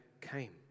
came